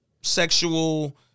sexual